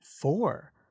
four